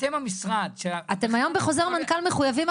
אתם המשרד -- אתם היום בחוזר מנכ"ל מחויבים,